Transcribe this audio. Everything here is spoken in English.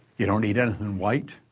you don't eat anything and white.